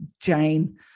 Jane